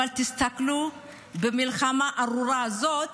אבל תסתכלו במלחמה הארורה הזאת,